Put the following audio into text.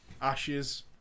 Ashes